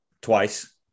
twice